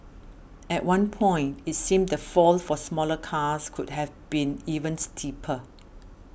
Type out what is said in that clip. at one point it seemed the fall for smaller cars could have been even steeper